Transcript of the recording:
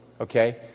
Okay